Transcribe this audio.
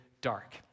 dark